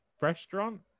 restaurant